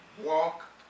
walk